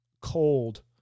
cold